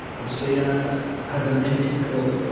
obviously ah has an atypical